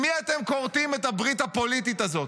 עם מי אתם כורתים את הברית הפוליטית הזאת?